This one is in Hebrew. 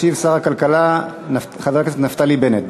ישיב שר הכלכלה, חבר הכנסת נפתלי בנט.